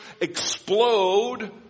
explode